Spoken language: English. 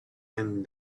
and